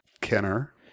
Kenner